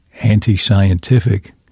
anti-scientific